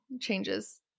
changes